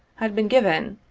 had been given,